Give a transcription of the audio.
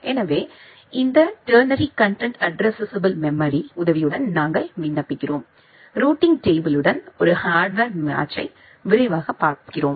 எனவே இந்த ternary content addressable memory உதவியுடன் நாங்கள் விண்ணப்பிக்கிறோம் ரூட்டிங் டேபிள்ளுடன் ஒரு ஹார்ட்வேர் மேட்ச்யை விரைவாகப் பார்க்கிறோம்